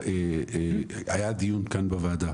היה דיון כאן בוועדה